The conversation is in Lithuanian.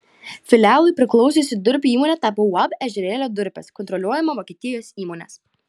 filialui priklausiusi durpių įmonė tapo uab ežerėlio durpės kontroliuojama vokietijos įmonės